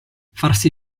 farsi